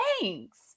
thanks